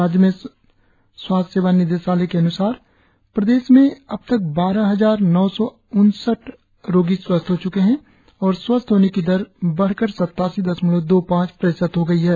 राज्य में स्वास्थ्य सेवा निदेशालय के अनुसार प्रदेश में अब तक बारह हजार नौ सौ उनसठ रोगी स्वस्थ हो चुके है और स्वस्थ होने की दर बढ़कर सत्तासी दशमलव दो पांच प्रतिशत हो गई है